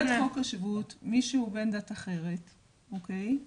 חוק השבות, מי שהוא בן דת אחרת, אוקיי?